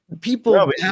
people